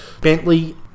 Bentley